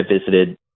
visited